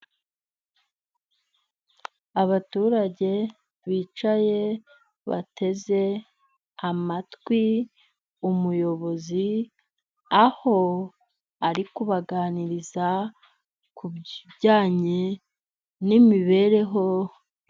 Abaturage bicaye bateze amatwi umuyobozi, aho ari kubaganiriza kubijyanye n'imibereho.